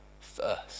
first